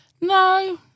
No